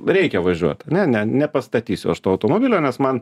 reikia važiuot ane ne nepastatysiu aš to automobilio nes man